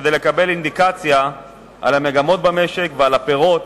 כדי לקבל אינדיקציה על המגמות במשק ועל הפירות